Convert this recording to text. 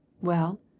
Well